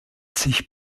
sich